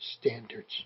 standards